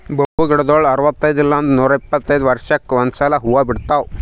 bamboo ಗಿಡಗೊಳ್ ಅರವತೈದ್ ಇಲ್ಲಂದ್ರ ನೂರಿಪ್ಪತ್ತ ವರ್ಷಕ್ಕ್ ಒಂದ್ಸಲಾ ಹೂವಾ ಬಿಡ್ತಾವ್